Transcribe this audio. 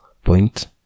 point